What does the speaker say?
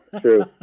true